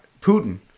Putin